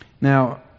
Now